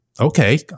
Okay